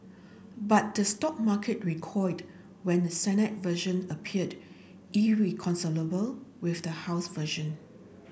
but the stock market recoiled when the Senate version appeared irreconcilable with the house version